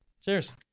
Cheers